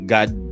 God